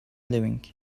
living